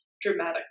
Dramatic